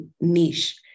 niche